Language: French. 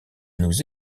nous